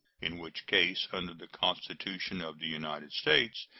in which case, under the constitution of the united states,